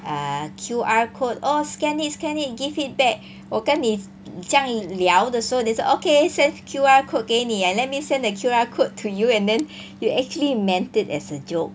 err Q_R code oh scan it scan it give feedback 我跟你这样聊的时候你说 okay send Q_R code 给你 ah let me send the Q_R code to you and then you actually meant it as a joke